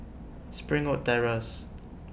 Springwood Terrace